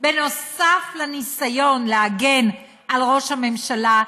נוסף לניסיון להגן על ראש הממשלה,